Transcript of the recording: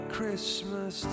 Christmas